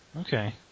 Okay